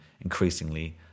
increasingly